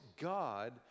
God